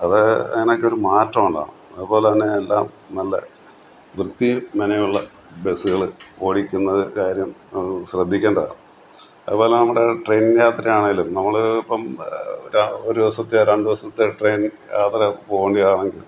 അത് അതിനൊക്കെ ഒരു മാറ്റം ഉണ്ടാവണം അതുപോലെതന്നെ എല്ലാം നല്ല വൃത്തിയും മെനയുള്ള ബസുകൾ ഓടിക്കുന്നത് കാര്യം അത് ശ്രദ്ധിക്കേണ്ടതാണ് അതുപോലെ നമ്മുടെ ട്രെയിൻ യാത്രയാണെലും നമ്മൾ ഇപ്പോള് ഒരു ദിവസത്തെയോ രണ്ടു ദിവസത്തെയോ ട്രെയിൻ യാത്ര പോണ്ടിയാണെങ്കിൽ